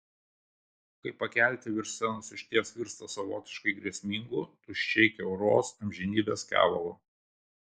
kai pakelti virš scenos išties virsta savotiškai grėsmingu tuščiai kiauros amžinybės kevalu